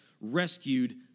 rescued